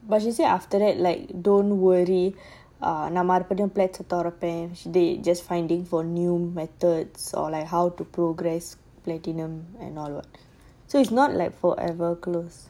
but she say after that like don't worry நான்மறுபடியும்பேச்சதொறப்பேன்:nan marubadium pecha thorapen they just finding for new methods or like how to progress platinum and all that so it's not like forever close